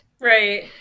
Right